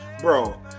Bro